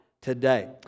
today